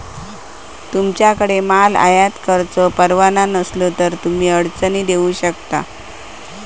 तुमच्याकडे माल आयात करुचो परवाना नसलो तर तुम्ही अडचणीत येऊ शकता